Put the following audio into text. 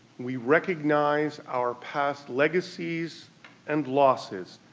we recognize our past legacies and losses,